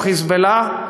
כמו "חיזבאללה",